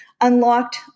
unlocked